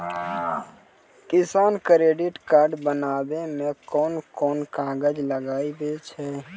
किसान credit card बनाबै मे कोन कोन कागज लागै छै?